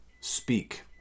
Speak